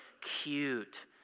cute